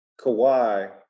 Kawhi